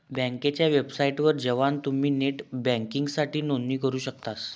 बँकेच्या वेबसाइटवर जवान तुम्ही नेट बँकिंगसाठी नोंदणी करू शकतास